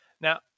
now